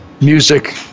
music